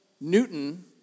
Newton